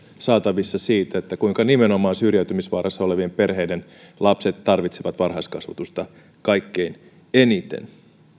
saatavissa siitä kuinka nimenomaan syrjäytymisvaarassa olevien perheiden lapset tarvitsevat varhaiskasvatusta kaikkein eniten